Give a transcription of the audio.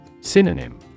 Synonym